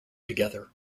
together